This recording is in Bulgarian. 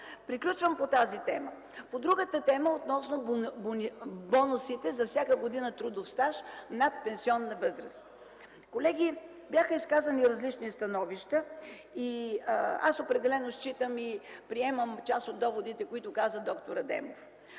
Приключвам по тази тема. По другата тема – относно бонусите за всяка година трудов стаж над пенсионната възраст. Колеги, бяха изказани различни становища. Определено считам (приемам част от доводите, които каза д-р Адемов),